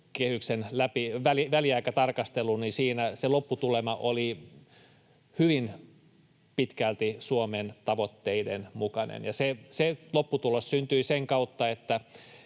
rahoituskehyksen väliaikatarkastelu, se lopputulema oli hyvin pitkälti Suomen tavoitteiden mukainen. Se lopputulos syntyi sen kautta,